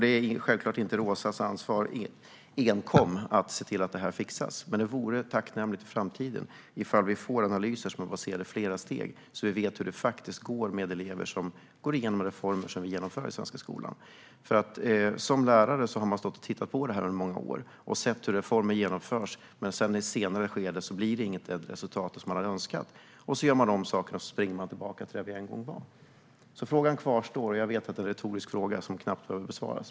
Det är självklart inte enkom Roza Güclü Hedins ansvar att se till att det här fixas, men det vore tacknämligt för framtiden om vi får analyser som är baserade på flera steg så att vi vet hur det faktiskt går för de elever som går igenom de reformer som vi genomför i den svenska skolan. Som lärare har man stått och sett i många år hur reformer genomförs, och om det så i ett senare skede inte blir de resultat som man hade önskat så springer man tillbaka till där vi en gång var och gör om saker. Frågan kvarstår alltså, även om jag vet att det är en retorisk fråga som knappt behöver besvaras.